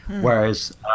Whereas